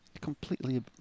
Completely